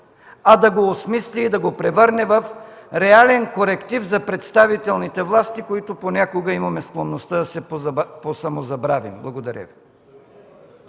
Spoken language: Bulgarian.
а да го осмисли и да го превърне в реален коректив за представителните власти, които понякога имаме склонността да се посамозабравим. Благодаря Ви.